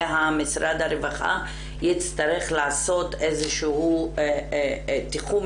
ומשרד הרווחה יצטרך לעשות איזשהו תיחום